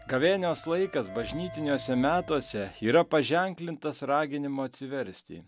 gavėnios laikas bažnytiniuose metuose yra paženklintas raginimo atsiversti